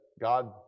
God